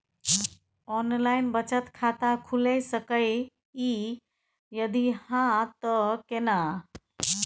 Online बचत खाता खुलै सकै इ, यदि हाँ त केना?